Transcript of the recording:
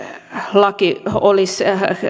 laki olisi